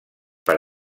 per